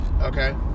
okay